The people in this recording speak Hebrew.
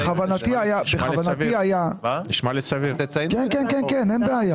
בכוונתי היה, כן, כן, אין בעיה.